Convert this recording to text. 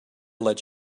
let